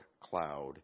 cloud